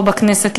פה בכנסת,